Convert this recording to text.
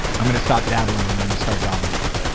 i'm gonna stop dabbling and i'm gonna start dominating.